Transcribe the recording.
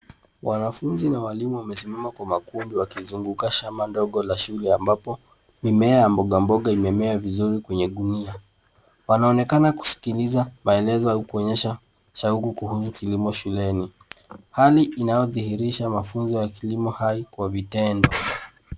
Wanafunzi na walimu wamesimama kwa makundi, wakizunguka shamba ndogo la shule ambapo mimea ya mboga mboga imemea vizuri kwenye gunia. Wanaonekana kuskiliza maelezo au kuonyesha shauku kuhusu kilimo shuleni. Hali inayodhihirisha mafunzo ya kilimo hai kwa vitendo.